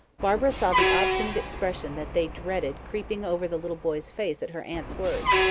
barbara saw the obstinate expression that they dreaded creeping over the little boy's face at her aunt's words,